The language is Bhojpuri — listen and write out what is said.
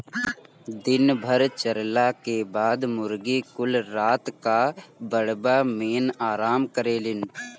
दिन भर चरला के बाद मुर्गी कुल रात क दड़बा मेन आराम करेलिन